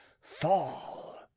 FALL